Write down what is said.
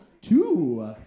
Two